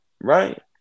right